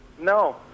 No